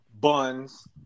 buns